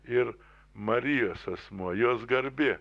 ir marijos asmuo jos garbė